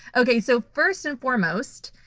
okay. so, first and foremost,